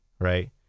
right